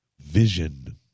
vision